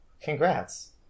congrats